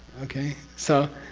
okay? so,